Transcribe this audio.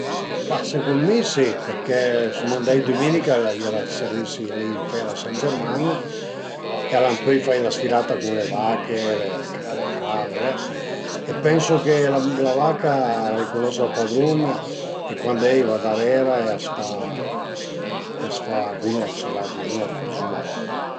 Ma secund mi si përché suma andait duminica, l'a i era d'servisi li ën fèra a San German e al an pöi fait la sfilata cun le vache, le crave e pensu che la vaca a ricunosa ël padrun e cuandé a i va darera e a s'fa a s'fa cunose la dizuma lon